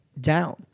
down